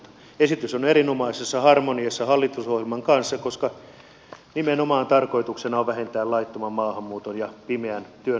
esitys on erinomaisessa harmoniassa hallitusohjelman kanssa koska nimenomaan tarkoituksena on vähentää laittoman maahanmuuton ja pimeän työn houkuttelevuutta